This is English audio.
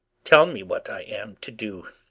tell me what i am to do,